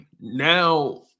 now